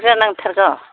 बुरजा नांथारगौ